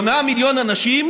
8 מיליון אנשים